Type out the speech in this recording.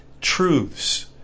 truths